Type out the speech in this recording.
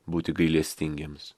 būti gailestingiems